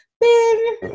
Bing